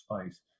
space